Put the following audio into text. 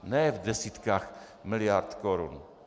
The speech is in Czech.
Ne v desítkách miliard korun.